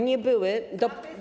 Nie były.